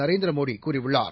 நரேந்திர மோடி கூறியுள்ளார்